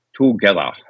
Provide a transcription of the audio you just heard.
together